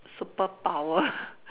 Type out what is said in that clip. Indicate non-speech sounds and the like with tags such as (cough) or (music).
superpower (laughs)